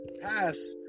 pass